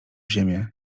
ziemię